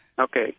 Okay